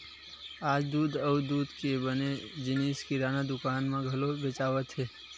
आज दूद अउ दूद के बने जिनिस किराना दुकान म घलो बेचावत हे